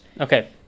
okay